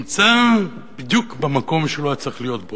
נמצא בדיוק במקום שהוא לא היה צריך להיות בו.